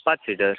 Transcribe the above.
पाच सीटर